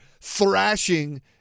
thrashing